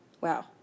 Wow